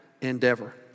endeavor